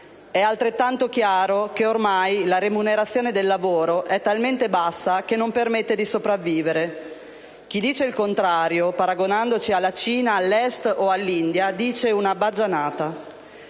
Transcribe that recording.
è altrettanto chiaro che ormai la remunerazione del lavoro è talmente bassa che non permette di sopravvivere. Chi afferma il contrario, paragonandosi alla Cina, all'Est o all'India, dice una baggianata.